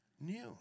new